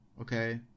Okay